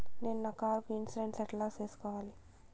నేను నా కారుకు ఇన్సూరెన్సు ఎట్లా సేసుకోవాలి